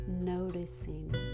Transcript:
noticing